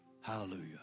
Hallelujah